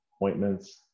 appointments